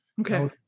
Okay